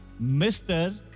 Mr